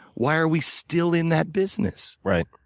why are we still in that business? right.